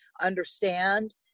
understand